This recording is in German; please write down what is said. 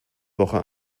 woche